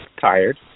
tired